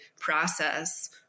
process